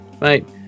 mate